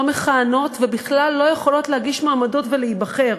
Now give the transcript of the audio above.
לא מכהנות ובכלל לא יכולות להגיש מועמדות ולהיבחר.